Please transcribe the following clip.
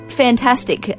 fantastic